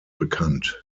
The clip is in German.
bekannt